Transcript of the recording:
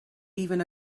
even